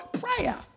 prayer